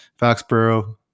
Foxborough